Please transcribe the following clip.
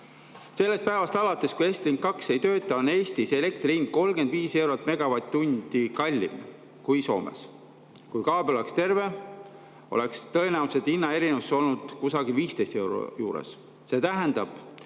Sellest päevast alates, kui Estlink 2 ei tööta, on Eestis elektri hind 35 eurot megavatt-tunni eest kallim kui Soomes. Kui kaabel oleks terve, oleks tõenäoliselt hinnaerinevus olnud kusagil 15 euro juures. See tähendab,